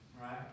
Right